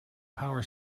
power